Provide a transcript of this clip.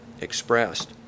expressed